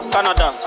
Canada